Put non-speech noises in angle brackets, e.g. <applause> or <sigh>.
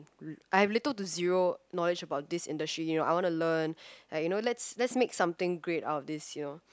<noise> I have little to zero knowledge about this industry you know I wanna learn like you know let's let's make something great out of this you know